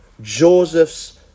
Joseph's